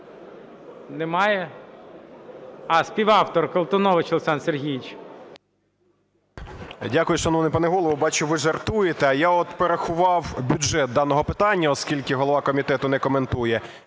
Немає? А, співавтор – Колтунович Олександр Сергійович. 13:14:43 КОЛТУНОВИЧ О.С. Дякую, шановний пане Голово. Бачу, ви жартуєте. А я от порахував бюджет даного питання, оскільки голова комітету не коментує.